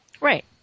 Right